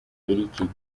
eric